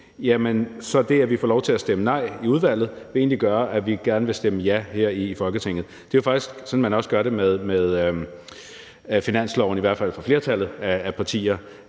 vi der får lov til at stemme nej, vil gøre, at vi gerne vil stemme ja her i Folketinget. Det er jo faktisk også sådan, man gør det med finansloven, det gør i hvert fald flertallet af partier.